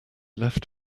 left